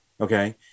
Okay